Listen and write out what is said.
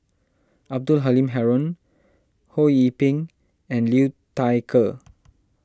Abdul Halim Haron Ho Yee Ping and Liu Thai Ker